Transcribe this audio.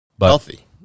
Healthy